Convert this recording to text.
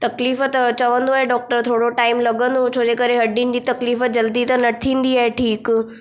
तकलीफ़अ त चवंदो आहे डॉक्टर थोरो टाइम लॻंदो छो जे करे हॾियुनि जी तकलीफ़ु जल्दी त न थींदी आहे ठीकु